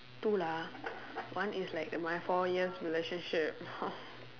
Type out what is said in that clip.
two lah one is like my four years relationship